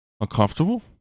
uncomfortable